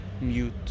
mute